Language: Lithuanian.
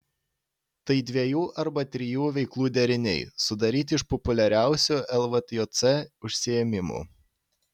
tai dviejų arba trijų veiklų deriniai sudaryti iš populiariausių lvjc užsiėmimų